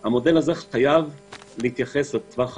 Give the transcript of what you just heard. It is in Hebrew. המודל הזה חייב להתייחס לטווח הארוך.